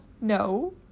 no